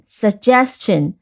suggestion 。